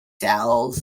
cells